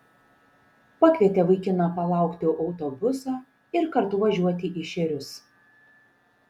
pakvietė vaikiną palaukti autobuso ir kartu važiuoti į šėrius